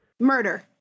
Murder